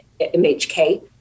MHK